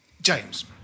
James